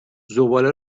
زباله